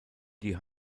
die